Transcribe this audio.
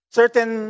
certain